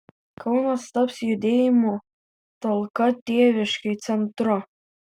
kaunas taps judėjimo talka tėviškei centru